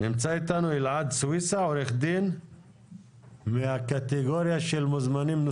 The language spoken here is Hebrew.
נמצא אתנו אלעד סוויסה, אני בעצם מייצג את ועד